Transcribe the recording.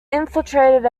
infiltrated